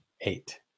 eight